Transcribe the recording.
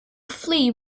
flee